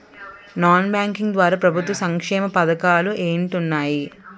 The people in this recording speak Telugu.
నాన్ బ్యాంకింగ్ ద్వారా ప్రభుత్వ సంక్షేమ పథకాలు ఏంటి ఉన్నాయి?